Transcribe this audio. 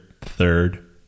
third